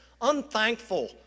unthankful